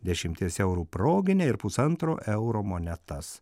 dešimties eurų proginę ir pusantro euro monetas